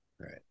Right